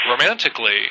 Romantically